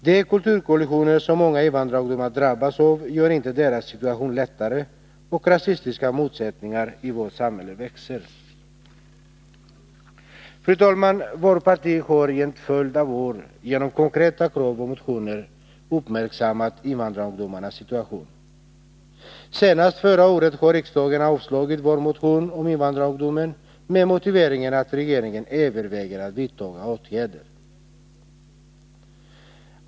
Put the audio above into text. De kulturkollisioner som många invandrarungdomar drabbas av gör inte deras situation lättare och rasistiska sättningar i vårt samhälle växer.” Fru talman! Vårt parti har i en följd av år genom konkreta krav och motioner uppmärksammat invandrarungdomarnas situation. Senast förra året har riksdagen avslagit vår motion om invandrarungdomen, med motiveringen att regeringen övervägde att vidta åtgärder.